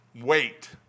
Wait